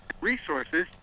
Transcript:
resources